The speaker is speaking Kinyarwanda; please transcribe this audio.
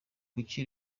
kuki